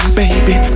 baby